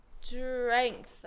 strength